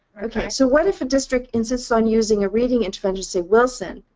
okay. so what if a district insists on using a reading intervention, say wilson,